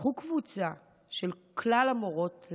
פתחו קבוצה של כלל המורות,